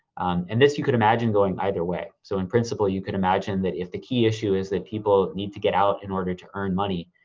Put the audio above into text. and this, you could imagine going either way. so in principle, you could imagine that if the key issue is that people need to get out in order to earn money,